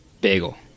Bagel